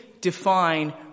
define